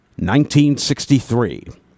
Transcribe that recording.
1963